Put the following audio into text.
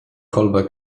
kolbę